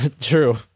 true